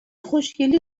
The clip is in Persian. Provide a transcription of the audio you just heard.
خوشگلی